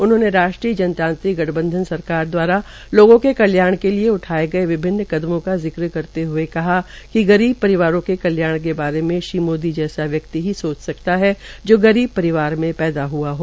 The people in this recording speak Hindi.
उन्होंने राष्ट्रीय जनतांत्रिक गठबंधन सरकार द्वारा लोगों के कल्याण के लिए उठाये गये विभिन्न कदमों का जिक्र करते हुए कहा कि गरीब परिवारों के कल्याण के बारे मे श्री मोदी जैसा व्यक्ति की सोच सकता है जो गरीब परिवार में पैदा हआ है